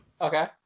Okay